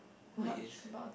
what is